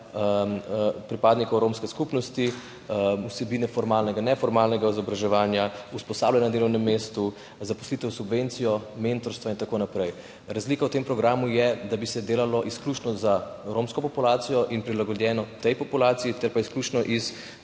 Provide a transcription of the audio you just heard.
pripadnikov romske skupnosti, vsebine formalnega, neformalnega izobraževanja, usposabljanja na delovnem mestu, zaposlitev s subvencijo, mentorstva in tako naprej. Razlika v tem programu je, da bi se delalo izključno za romsko populacijo in prilagojeno tej populaciji ter izključno z